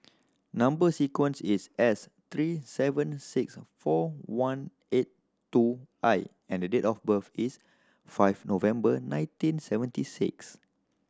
number sequence is S three seven six four one eight two I and date of birth is five November nineteen seventy six